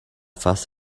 fuss